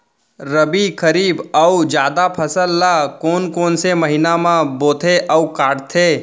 रबि, खरीफ अऊ जादा फसल ल कोन कोन से महीना म बोथे अऊ काटते?